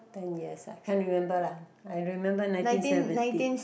ten years ah can't remember lah I remember nineteen seventy